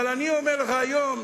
אבל אני אומר לך היום,